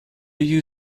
you